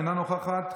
אינה נוכחת,